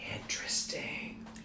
Interesting